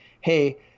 hey